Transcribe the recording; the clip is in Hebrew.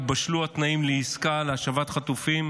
ובשלו התנאים לעסקה להשבת חטופים.